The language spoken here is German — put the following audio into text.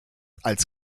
als